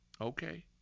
Okay